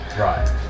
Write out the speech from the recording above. Right